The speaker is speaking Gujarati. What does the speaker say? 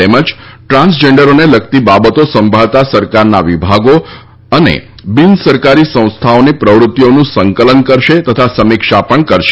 તેમજ ટ્રાન્સજેન્ડરોને લગતી બાબતો સંભાળતા સરકારના વિભાગો તથા બિન સરકારી સંસ્થાઓની પ્રવૃત્તિઓનું સંકલન કરશે તથા સમીક્ષા પણ કરશે